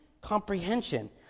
comprehension